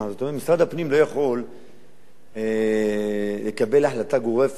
משרד הפנים לא יכול לקבל החלטה גורפת לכל